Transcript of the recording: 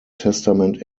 testament